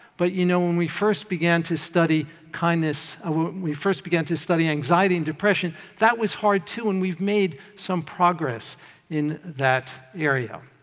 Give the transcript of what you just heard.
but you know, when we first began to study kindness ah when we first began to study anxiety and depression, that was hard too, and we've made some progress in that area.